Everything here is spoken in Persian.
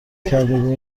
کردو